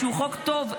שהוא חוק טוב,